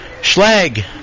Schlag